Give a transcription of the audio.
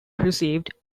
received